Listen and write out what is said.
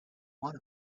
one